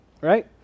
right